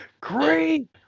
Great